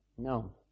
No